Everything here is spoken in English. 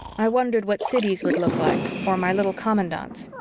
i wondered what siddy's would look like, or my little commandant's.